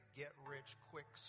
get-rich-quick